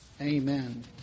Amen